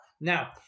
Now